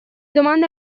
domande